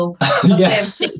Yes